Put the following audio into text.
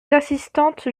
assistantes